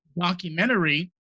documentary